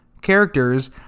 characters